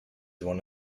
one